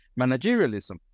managerialism